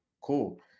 Cool